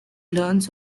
learns